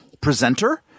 presenter